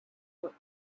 were